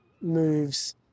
moves